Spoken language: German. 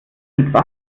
mit